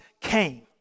came